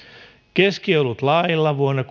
keskiolutlailla vuonna